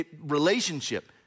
relationship